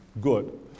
good